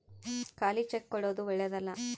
ಖಾಲಿ ಚೆಕ್ ಕೊಡೊದು ಓಳ್ಳೆದಲ್ಲ